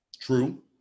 True